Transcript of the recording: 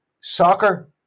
soccer